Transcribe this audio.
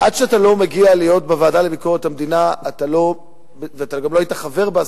עד שאתה לא מגיע להיות בוועדה לביקורת המדינה ואתה גם לא היית חבר בה,